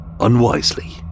Unwisely